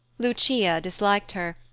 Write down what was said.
lucia disliked her,